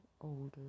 older